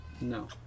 No